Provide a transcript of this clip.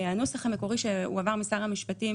הנוסח המקורי שהועבר משר המשפטים